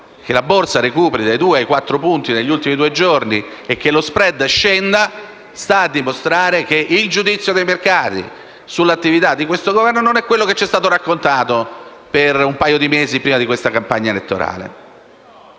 ha recuperato dai due ai quattro punti negli ultimi due giorni e se lo *spread* è sceso. Ciò sta a dimostrare che il giudizio dei mercati sull'attività di questo Governo non è quello che ci è stato raccontato per un paio di mesi prima di questa campagna referendaria.